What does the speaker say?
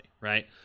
Right